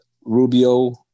Rubio